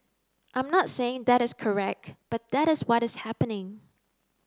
I'm not saying that is correct but that is what is happening